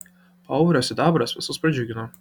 paurio sidabras visus pradžiugino